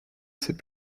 ses